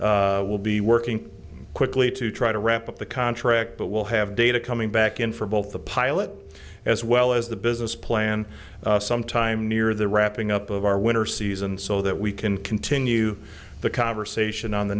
work will be working quickly to try to wrap up the contract but we'll have data coming back in for both the pilot as well as the business plan some time near the wrapping up of our winter season so that we can continue the conversation on the